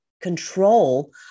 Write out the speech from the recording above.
control